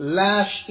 lash